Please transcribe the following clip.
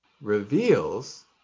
reveals